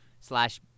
slash